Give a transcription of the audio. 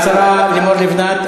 השרה לימור לבנת,